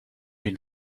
been